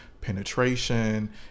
Penetration